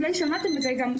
אולי שמעתם את זה גם,